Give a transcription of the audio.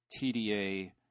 TDA